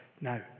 now